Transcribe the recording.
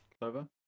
Clover